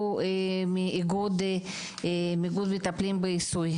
שהוא מאיגוד מטפלים בעיסוי.